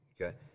okay